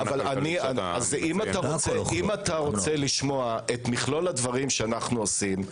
אם אתה רוצה לשמוע את מכלול הדברים שאנו עושים,